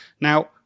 Now